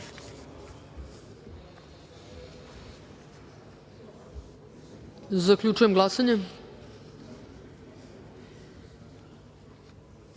DS.Zaključujem glasanje: